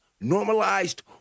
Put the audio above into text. normalized